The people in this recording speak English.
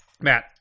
Matt